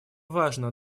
важно